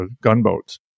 gunboats